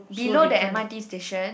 below the m_r_t station